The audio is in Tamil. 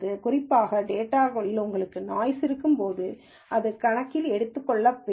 குறிப்பாக டேட்டாகளில் உங்களுக்கு நாய்ஸ் இருக்கும்போது அதை கணக்கில் எடுத்துக்கொள்ள வேண்டும்